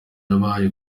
yabaye